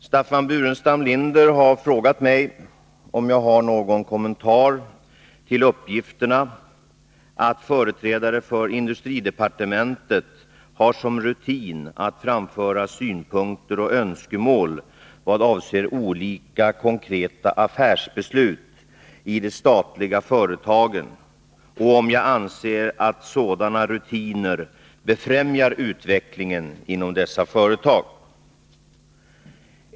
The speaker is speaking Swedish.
Staffan Burenstam Linder har frågat mig om jag har någon kommentar till uppgifterna att företrädare för industridepartementet har som rutin att framföra synpunkter och önskemål vad avser olika konkreta affärsbeslut i de statliga företagen och om jag anser att sådana rutiner befrämjar utvecklingen inom dessa företag.